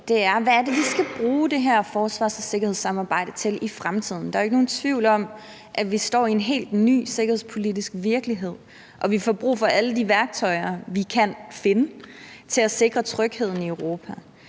vi skal bruge det her forsvars- og sikkerhedssamarbejde til i fremtiden. Der er jo ikke nogen tvivl om, at vi står i en helt ny sikkerhedspolitisk virkelighed, og at vi får brug for alle de værktøjer, vi kan finde, til at sikre trygheden i Europa.